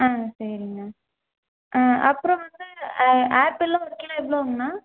ஆ சரிங்கண்ணா ஆ அப்புறம் வந்து ஆப்பிளெலாம் ஒரு கிலோ எவ்வளோங்ண்ணா